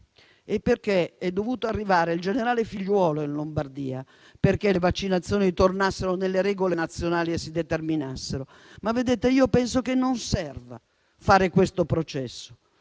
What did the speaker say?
e perché è dovuto arrivare il generale Figliuolo in Lombardia perché le vaccinazioni tornassero nelle regole nazionali e si determinassero. Io penso, però, che non serva fare questo processo